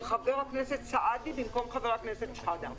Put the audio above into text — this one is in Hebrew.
חבר הכנסת סעדי במקום חבר הכנסת שחאדה.